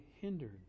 hindered